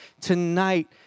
tonight